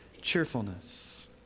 cheerfulness